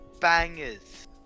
bangers